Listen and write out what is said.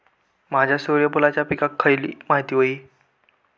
माझ्या सूर्यफुलाच्या पिकाक खयली माती व्हयी?